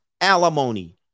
alimony